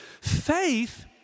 faith